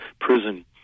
prison